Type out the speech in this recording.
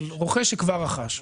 של רוכש שכבר רכש,